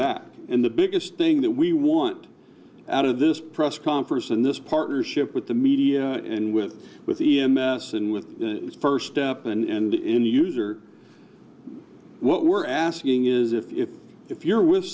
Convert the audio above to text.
back and the biggest thing that we want out of this press conference and this partnership with the media and with with the m s and with the first step and in the user what we're asking is if if you're with